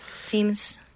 Seems